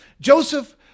Joseph